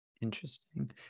Interesting